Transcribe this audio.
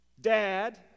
Dad